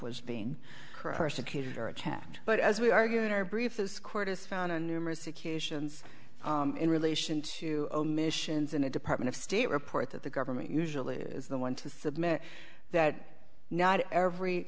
was being persecuted or attacked but as we argue in our brief this court has found a numerous occasions in relation to omissions in a department of state report that the government usually is the one to submit that not every